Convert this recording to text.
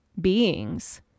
beings